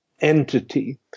entity